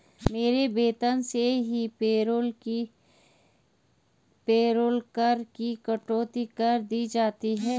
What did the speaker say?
मेरे वेतन से ही पेरोल कर की कटौती कर दी जाती है